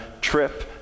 trip